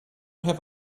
have